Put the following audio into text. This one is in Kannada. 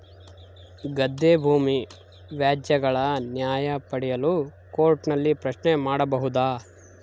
ಗದ್ದೆ ಭೂಮಿ ವ್ಯಾಜ್ಯಗಳ ನ್ಯಾಯ ಪಡೆಯಲು ಕೋರ್ಟ್ ನಲ್ಲಿ ಪ್ರಶ್ನೆ ಮಾಡಬಹುದಾ?